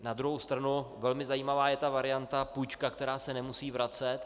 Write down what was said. Na druhou stranu velmi zajímavá je varianta půjčky, která se nemusí vracet.